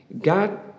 God